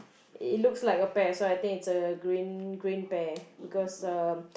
it looks like a pear so I think it's a green green pear because um